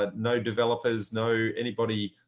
ah no developers, no anybody